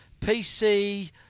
PC